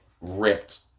ripped